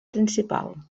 principal